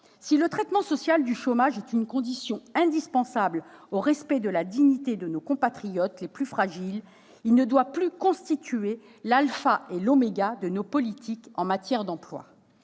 Si le traitement social du chômage est une condition indispensable du respect de la dignité de nos compatriotes les plus fragiles, il ne doit plus constituer l'alpha et l'oméga de nos politiques en matière d'emploi.